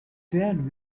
then